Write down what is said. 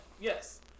Yes